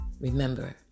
remember